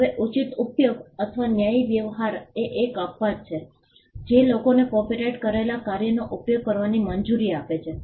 હવે ઉચિત ઉપયોગ અથવા ન્યાયી વ્યવહાર એ એક અપવાદ છે જે લોકોને કોપિરાઇટ કરેલા કાર્યનો ઉપયોગ કરવાની મંજૂરી આપે છે